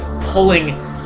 pulling